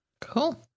Cool